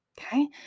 Okay